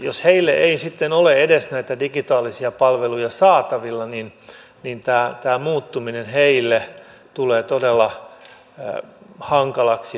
jos heillä ei sitten ole edes näitä digitaalisia palveluja saatavilla niin tämä muuttuminen tulee todella hankalaksi heille